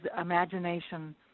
imagination